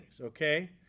okay